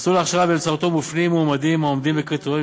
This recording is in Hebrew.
מסלול הכשרה שבאמצעותו מופנים מועמדים העומדים בקריטריונים